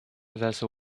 vessel